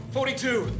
Forty-two